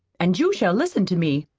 and you shall listen to me.